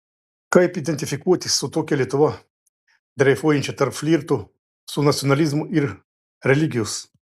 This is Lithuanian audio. kaip identifikuotis su tokia lietuva dreifuojančia tarp flirto su nacionalizmu ir religijos